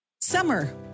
Summer